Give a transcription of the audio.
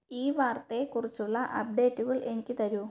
ഈ വാർത്തയെക്കുറിച്ചുള്ള അപ്ഡേറ്റുകൾ എനിക്ക് തരൂ